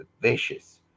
vicious